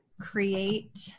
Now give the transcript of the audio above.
Create